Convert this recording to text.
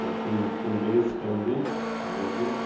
ஒரு டூ டேஸுக்கு வந்து எங்களுக்கு